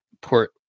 Port